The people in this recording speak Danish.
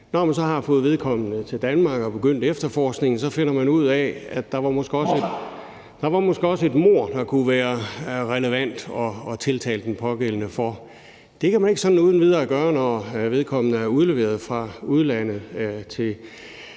Når man så har fået vedkommende til Danmark og har begyndt efterforskningen, finder man ud af, at der måske også var et mord, det kunne være relevant at tiltale den pågældende for. Det kan man ikke sådan uden videre gøre, når vedkommende er udleveret fra udlandet til